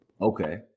Okay